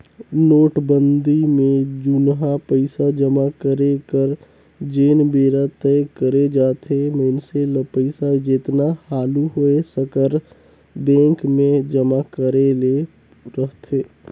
नोटबंदी में जुनहा पइसा जमा करे कर जेन बेरा तय करे जाथे मइनसे ल पइसा जेतना हालु होए सकर बेंक में जमा करे ले रहथे